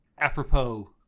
apropos